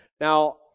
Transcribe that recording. Now